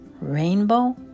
rainbow